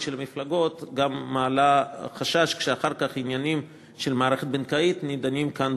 מעלה גם חשש שכן אחר כך עניינים של המערכת הבנקאית נדונים כאן,